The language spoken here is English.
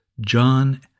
John